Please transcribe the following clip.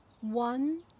One